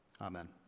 Amen